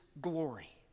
glory